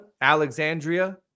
Alexandria